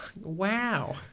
Wow